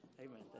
Amen